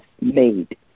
made